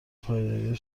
پایداری